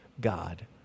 God